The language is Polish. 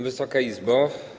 Wysoka Izbo!